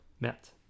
met